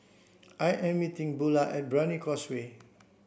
I am meeting Bula at Brani Causeway first